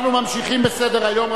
אנחנו ממשיכים בסדר-היום,